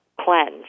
cleanse